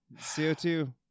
co2